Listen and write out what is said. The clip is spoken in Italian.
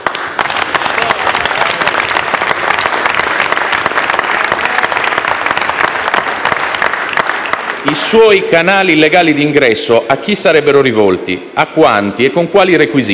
I suoi canali legali di ingresso a chi sarebbero rivolti, a quanti e con quali requisiti?